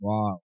Wow